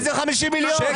איזה 50 מיליון?